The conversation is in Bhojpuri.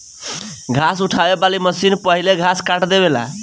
घास उठावे वाली मशीन पहिले घास काट देवेला